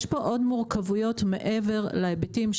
יש פה עוד מורכבויות מעבר להיבטים.